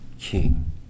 king